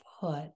put